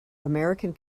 american